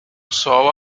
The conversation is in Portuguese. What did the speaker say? sol